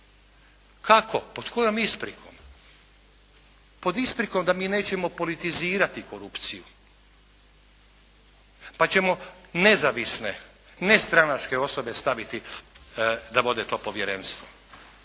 Kako? Pod kojom isprikom? Pod isprikom da mi nećemo politizirati korupciju. Pa ćemo nezavisne, nestranačke osobe staviti da vode to povjerenstvo.